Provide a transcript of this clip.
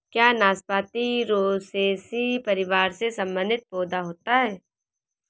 क्या नाशपाती रोसैसी परिवार से संबंधित पौधा होता है?